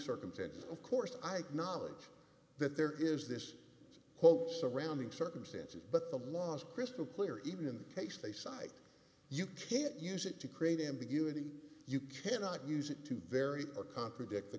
circumstances of course i knowledge that there is this whole surrounding circumstances but the law is crystal clear even in the case they cite you can't use it to create ambiguity you cannot use it to vary or contradict